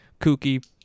kooky